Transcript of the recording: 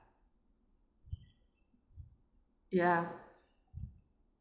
ya